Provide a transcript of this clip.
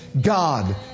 God